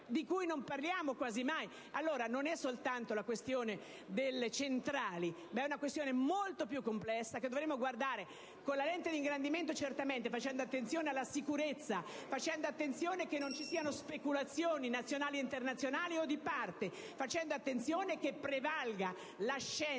di cui non parliamo quasi mai. Non è soltanto una questione delle centrali nucleari. È una questione molto più complessa, che dovremmo guardare con la lente di ingrandimento, facendo attenzione alla sicurezza, facendo attenzione che non ci siano speculazioni nazionali e internazionali o di parte, facendo attenzione che prevalga la scienza